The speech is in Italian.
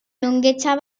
lunghezza